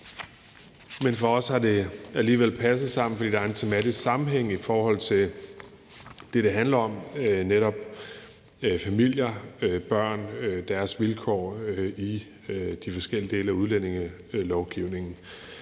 men for os har det alligevel passet sammen, fordi det har en tematisk sammenhæng i forhold til det, det handler om, netop familier, børn og deres vilkår i de forskellige dele af udlændingelovgivningen.